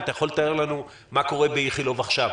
האם אתה יכול לתאר לנו מה קורה באיכילוב עכשיו?